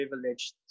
privileged